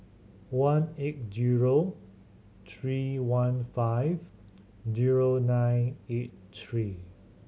one eight zero three one five zero nine eight three